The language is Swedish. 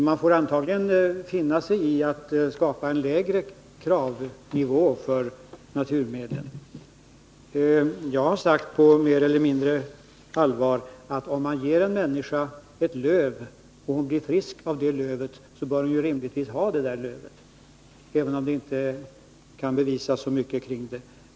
Man får antagligen finna sig i att acceptera en lägre kravnivå för naturmedlen. Jag har sagt — på mer eller mindre allvar — att om man ger en människa ett löv och hon blir frisk av det lövet, bör hon rimligtvis få ha det lövet, även om det inte kan bevisas så mycket kring det.